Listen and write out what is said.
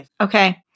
okay